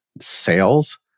sales